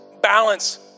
Balance